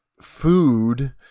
food